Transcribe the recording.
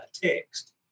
text